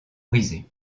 brisées